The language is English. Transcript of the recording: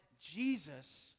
Jesus